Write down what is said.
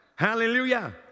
Hallelujah